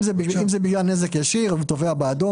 אם זה בגלל נזק ישיר ותובע באדום,